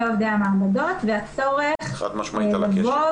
עובדי המעבדות והצורך לבוא --- חד משמעי על הכשל.